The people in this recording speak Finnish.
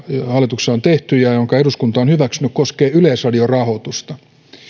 hallituksessa on tehty ja jonka eduskunta on hyväksynyt koskee yleisradion rahoitusta